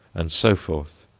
and so forth.